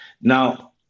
now